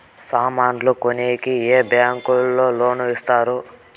సామాన్లు కొనేకి ఏ బ్యాంకులు లోను ఇస్తారు?